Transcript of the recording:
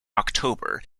october